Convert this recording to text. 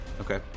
Okay